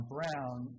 Brown